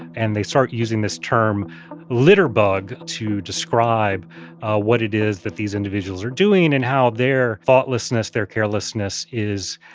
and they start using this term litter bug to describe what it is that these individuals are doing and how their thoughtlessness, their carelessness is,